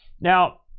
Now